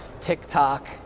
TikTok